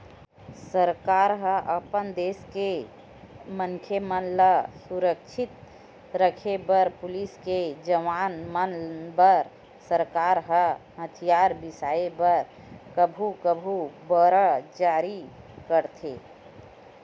सरकार ह अपन देस के मनखे मन ल सुरक्छित रखे बर पुलिस के जवान मन बर सरकार ह हथियार बिसाय बर कभू कभू बांड जारी करथे